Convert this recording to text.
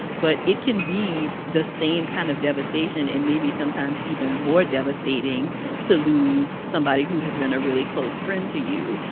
but it can be the same kind of devastation and maybe sometimes even more devastating to lose somebody who has been a really close friend to you.